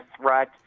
threat